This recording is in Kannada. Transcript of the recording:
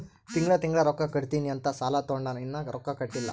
ತಿಂಗಳಾ ತಿಂಗಳಾ ರೊಕ್ಕಾ ಕಟ್ಟತ್ತಿನಿ ಅಂತ್ ಸಾಲಾ ತೊಂಡಾನ, ಇನ್ನಾ ರೊಕ್ಕಾ ಕಟ್ಟಿಲ್ಲಾ